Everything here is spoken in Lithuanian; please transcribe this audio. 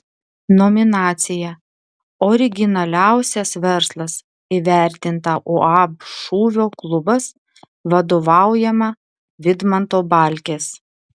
nominacija originaliausias verslas įvertinta uab šūvio klubas vadovaujama vidmanto balkės